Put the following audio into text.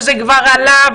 שזה כבר עלה,